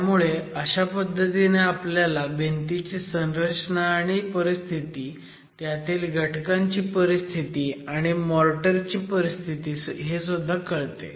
त्यामुळे अशा पद्धतीने आपल्याला भिंतीची संरचना आणि परिस्थिती त्यातील घटकांची परिस्थिती आणि मोर्टर ची परिस्थिती पण कळते